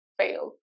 fail